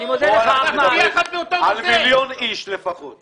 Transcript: כאן מדובר על לפחות